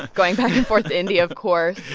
going back and forth india, of course,